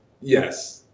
Yes